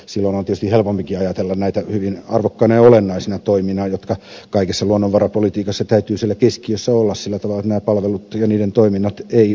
silloin on tietysti helpompikin ajatella näitä hyvin arvokkaina ja olennaisina toimina joiden täytyy kaikessa luonnonvarapolitiikassa siellä keskiössä olla sillä tavalla että nämä palvelut ja niiden toiminnot eivät vaarannu